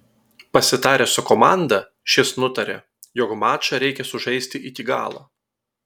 pasitaręs su komanda šis nutarė jog mačą reikia sužaisti iki galo